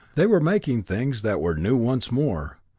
they were making things that were new once more,